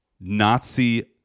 Nazi